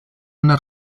una